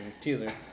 Teaser